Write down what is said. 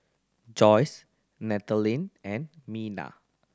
Joyce Nathanael and Minna